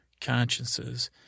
consciences